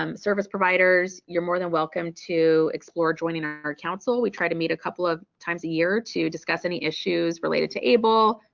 um service providers, you're more than welcome to explore joining ah our council. we try to meet a couple of times a year to discuss any issues related to able,